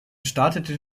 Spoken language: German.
startete